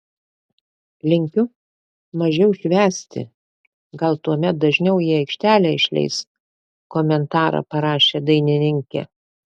linkiu mažiau švęsti gal tuomet dažniau į aikštelę išleis komentarą parašė dainininkė